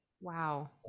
wow